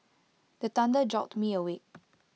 the thunder jolt me awake